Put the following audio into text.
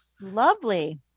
lovely